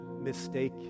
mistake